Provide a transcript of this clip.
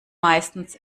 meistens